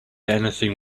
anything